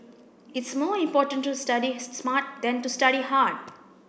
it's more important to study smart than to study hard